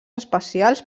especials